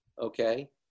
okay